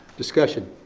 discussion.